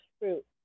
fruit